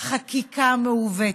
חקיקה מעוותת,